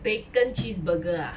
bacon cheeseburger ah